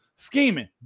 Scheming